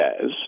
says